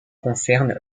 concerne